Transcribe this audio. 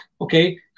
okay